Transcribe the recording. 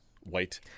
white